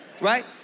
Right